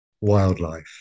Wildlife